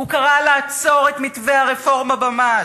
הוא קרא לעצור את מתווה הרפורמה במס.